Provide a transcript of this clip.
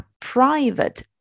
private